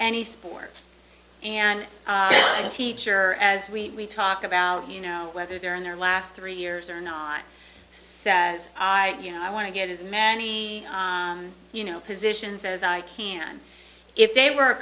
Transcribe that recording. any sport and the teacher as we talk about you know whether they're in their last three years or not so i you know i want to get as many you know positions as i can if they were